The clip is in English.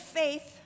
faith